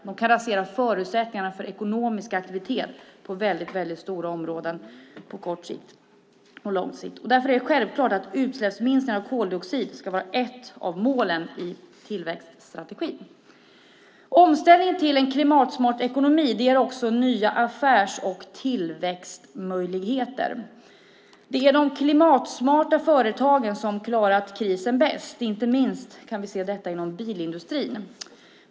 De kan rasera förutsättningarna för ekonomisk aktivitet på väldigt stora områden på kort och på lång sikt. Därför är det självklart att utsläppsminskningar av koldioxid ska vara ett av målen i tillväxtstrategin. Omställningen till en klimatsmart ekonomi ger också nya affärs och tillväxtmöjligheter. Det är de klimatsmarta företagen som klarat krisen bäst. Detta kan vi inte minst se inom bilindustrin.